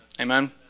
Amen